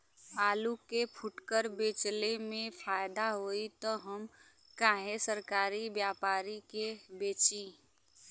आलू के फूटकर बेंचले मे फैदा होई त हम काहे सरकारी व्यपरी के बेंचि?